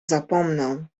zapomnę